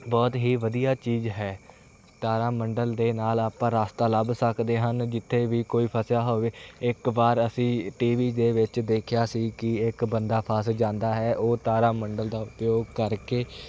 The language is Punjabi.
ਬਹੁਤ ਹੀ ਵਧੀਆ ਚੀਜ਼ ਹੈ ਤਾਰਾ ਮੰਡਲ ਦੇ ਨਾਲ ਆਪਾਂ ਰਸਤਾ ਲੱਭ ਸਕਦੇ ਹਨ ਜਿੱਥੇ ਵੀ ਕੋਈ ਫਸਿਆ ਹੋਵੇ ਇੱਕ ਵਾਰ ਅਸੀਂ ਟੀ ਵੀ ਦੇ ਵਿੱਚ ਦੇਖਿਆ ਸੀ ਕਿ ਇੱਕ ਬੰਦਾ ਫਸ ਜਾਂਦਾ ਹੈ ਉਹ ਤਾਰਾ ਮੰਡਲ ਦਾ ਉਪਯੋਗ ਕਰਕੇ